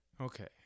okay